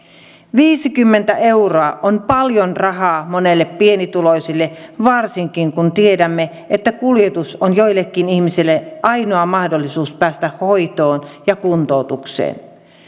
viisikymmentä euroa on paljon rahaa monelle pienituloiselle varsinkin kun tiedämme että kuljetus on joillekin ihmisille ainoa mahdollisuus päästä hoitoon ja kuntoutukseen